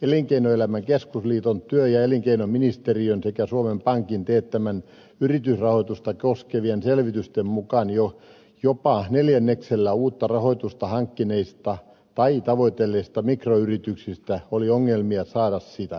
elinkeinoelämän keskusliiton työ ja elinkeinoministeriön sekä suomen pankin teettämien yritysrahoitusta koskevien selvitysten mukaan jo jopa neljänneksellä uutta rahoitusta hankkineista tai tavoitelleista mikroyrityksistä oli ongelmia saada sitä